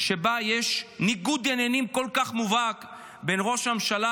שבה יש ניגוד עניינים כל כך מובהק בין ראש הממשלה,